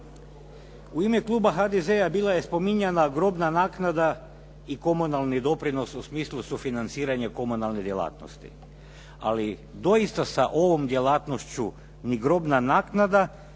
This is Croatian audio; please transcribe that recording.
U ime kluba HDZ-a bila je spominjana grobna naknada i komunalni doprinos u smislu sufinanciranja komunalne djelatnosti, ali doista sa ovom djelatnošću ni grobna naknada,